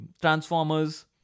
Transformers